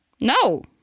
No